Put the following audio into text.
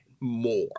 more